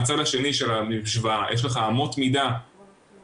מהצד השני של המשוואה יש לך אמות מידה מדהימות,